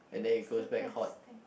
what's the best thing